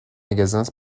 magasins